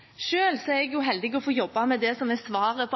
er jeg så heldig å få jobbe med det som er svaret på